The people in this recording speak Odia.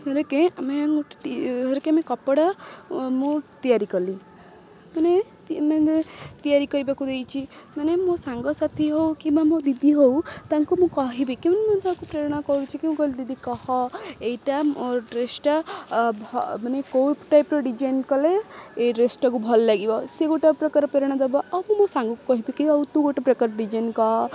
ଧରିକେ ଆମେ ଗୋଟେ ଧରିକେ ଆମେ କପଡ଼ା ମୁଁ ତିଆରି କଲି ମାନେ ମାନେ ତିଆରି କରିବାକୁ ଦେଇଛି ମାନେ ମୋ ସାଙ୍ଗ ସାଥି ହଉ କିମ୍ବା ମୋ ଦିଦି ହଉ ତାଙ୍କୁ ମୁଁ କହିବି କେମିତି ମୁଁ ତାକୁ ପ୍ରେରଣା କରୁଛି କି ମୁଁ ଗଲ ଦିଦି କହ ଏଇଟା ମୋ ଡ୍ରେସ୍ଟା ମାନେ କେଉଁ ଟାଇପ୍ର ଡିଜାଇନ୍ କଲେ ଏଇ ଡ୍ରେସ୍ଟାକୁ ଭଲ ଲାଗିବ ସେ ଗୋଟେ ପ୍ରକାର ପ୍ରେରଣା ଦେବ ଆଉ ବି ମୋ ସାଙ୍ଗକୁ କହିବି କି ଆଉ ତୁ ଗୋଟେ ପ୍ରକାର ଡିଜାଇନ୍ କହ